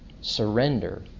surrender